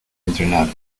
entrenar